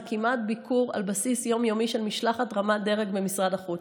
זה כמעט ביקור על בסיס יום-יומי של משלחת רמת דרג במשרד החוץ.